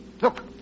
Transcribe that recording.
Look